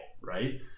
right